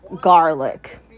garlic